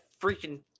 freaking